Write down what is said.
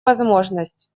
возможность